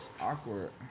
Awkward